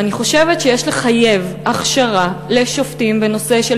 ואני חושבת שיש לחייב הכשרה לשופטים בנושא של